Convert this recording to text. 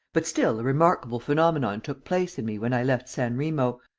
but still a remarkable phenomenon took place in me when i left san remo,